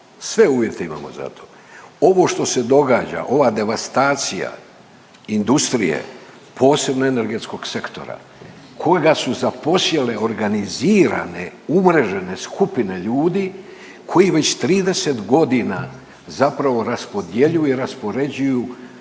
sve uvjete imamo za to. Ovo što se događa, ova devastacija industrije posebno energetskog sektora kojega su zaposjele organizirane, umrežene skupine ljudi koji već 30 godina zapravo raspodjeljuju i raspoređuju